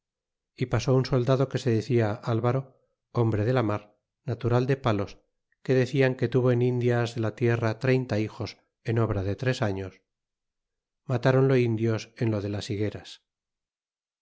e pasó un soldado que se decia alvaro hombre de ja mar natural de palos que decían que tuvo en indias de la tierra treinta hijos en obra de tres años matáronlo indios en lo de las higueras